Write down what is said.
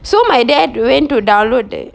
so my dad went to download it